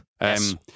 Yes